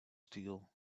steel